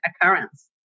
occurrence